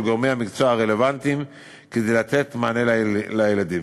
גורמי המקצוע הרלוונטיים כדי לתת מענה לילדים.